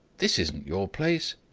this isn't your place!